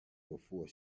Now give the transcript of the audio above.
before